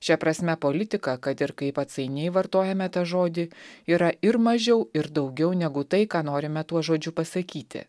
šia prasme politika kad ir kaip atsainiai vartojame tą žodį yra ir mažiau ir daugiau negu tai ką norime tuo žodžiu pasakyti